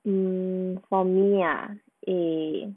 mm for me ah eh